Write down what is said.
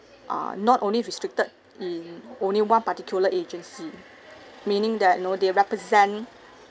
uh not only restricted in only one particular agency meaning that you know they represent